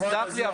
תסלח לי,